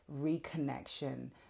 reconnection